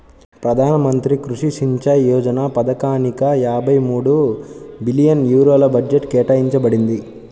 ప్రధాన మంత్రి కృషి సించాయ్ యోజన పథకానిక యాభై మూడు బిలియన్ యూరోల బడ్జెట్ కేటాయించబడింది